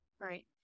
Right